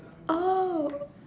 oh